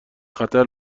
خطر